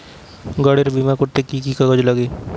গাড়ীর বিমা করতে কি কি কাগজ লাগে?